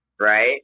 Right